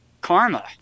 Karma